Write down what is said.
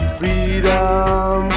freedom